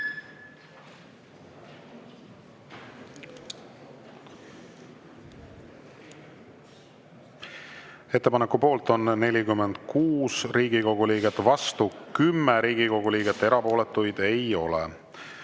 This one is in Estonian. Ettepaneku poolt on 46 Riigikogu liiget, vastu 10 Riigikogu liiget, erapooletuid ei ole.